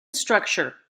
structure